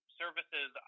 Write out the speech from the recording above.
services